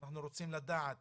אנחנו רוצים לדעת